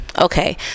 Okay